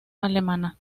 alemana